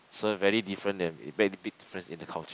so very different and very big difference in the culture